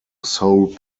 sole